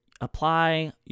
apply